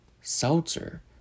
seltzer